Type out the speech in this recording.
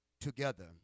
together